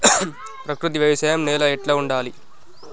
ప్రకృతి వ్యవసాయం నేల ఎట్లా ఉండాలి?